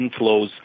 inflows